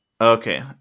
Okay